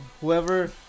whoever